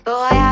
Boy